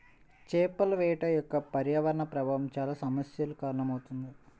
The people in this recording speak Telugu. చేపల వేట యొక్క పర్యావరణ ప్రభావం చాలా సమస్యలకు కారణమవుతుంది